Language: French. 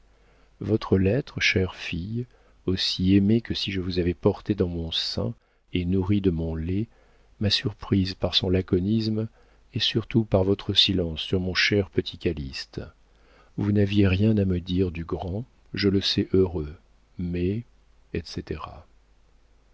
votre lettre chère fille aussi aimée que si je vous avais portée dans mon sein et nourrie de mon lait m'a surprise par son laconisme et surtout par votre silence sur mon cher petit calyste vous n'aviez rien à me dire du grand je le sais heureux mais etc